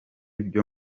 byo